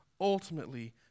ultimately